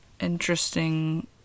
interesting